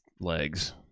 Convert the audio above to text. legs